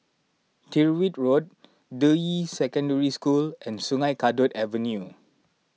Tyrwhitt Road Deyi Secondary School and Sungei Kadut Avenue